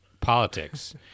politics